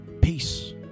Peace